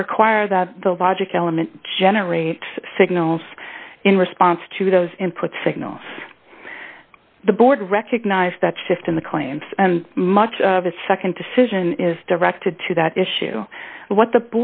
two require that the logic element generate signals in response to those input signals the board recognize that shift in the claims and much of a nd decision is directed to that issue what the